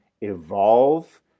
evolve